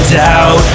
doubt